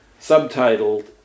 subtitled